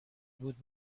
بود